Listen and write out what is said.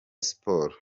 sport